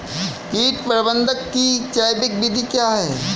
कीट प्रबंधक की जैविक विधि क्या है?